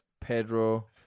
pedro